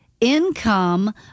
income